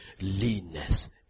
leanness